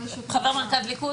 חבר מרכז ליכוד?